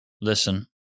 listen